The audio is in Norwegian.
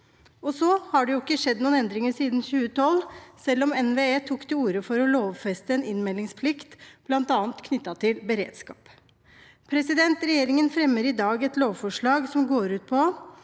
Det har ikke skjedd noen endringer siden 2012, selv om NVE tok til orde for å lovfeste en innmeldingsplikt, bl.a. knyttet til beredskap. Regjeringen fremmer i dag et lovforslag som går ut på